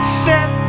set